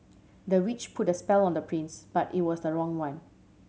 the witch put a spell on the prince but it was the wrong one